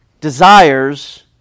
desires